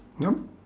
nope